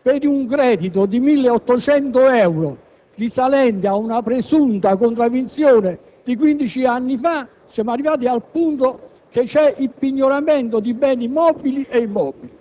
per un credito di 1.800 euro risalente ad una presunta contravvenzione di quindici anni fa, c'è il pignoramento di beni mobili e immobili.